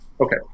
okay